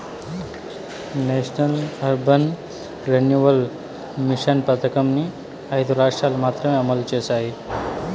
national Urban Renewal Mission పథకంని ఐదు రాష్ట్రాలు మాత్రమే అమలు చేసినాయి